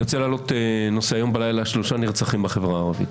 הלילה נרצחו שלושה אנשים מקרב החברה הערבית.